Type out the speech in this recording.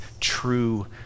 true